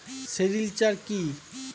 Sericulture কি?